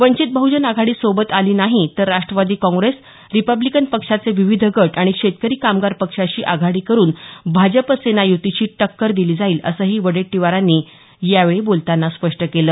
वंचित बहुजन आघाडी सोबत आली नाही तर राष्ट्रवादी काँग्रेस रिपब्लिकन पक्षाचे विविध गट आणि शेतकरी कामगार पक्षाशी आघाडी करुन भाजप सेना युतीशी टक्कर दिली जाईल असंही वडेट्टीवारांनी यावेळी बोलतांना स्पष्ट केलं